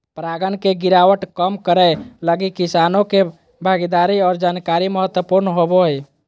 परागण के गिरावट कम करैय लगी किसानों के भागीदारी और जानकारी महत्वपूर्ण होबो हइ